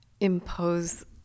impose